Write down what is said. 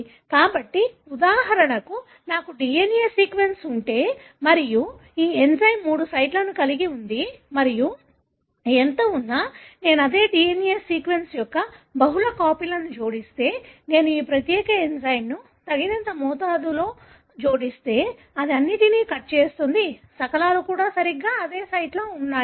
కాబట్టి ఉదాహరణకు నాకు DNA సీక్వెన్స్ ఉంటే మరియు ఈ ఎంజైమ్ మూడు సైట్లను కలిగి ఉంది మరియు ఎంత ఉన్నా నేను అదే DNA సీక్వెన్స్ యొక్క బహుళ కాపీలను జోడిస్తే నేను ఈ ప్రత్యేక ఎంజైమ్ని తగినంత మొత్తంలో జోడిస్తే అది అన్నింటినీ కట్ చేస్తుంది శకలాలు కూడా సరిగ్గా అదే సైట్లో ఉన్నాయి